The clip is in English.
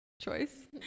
choice